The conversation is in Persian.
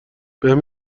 بهم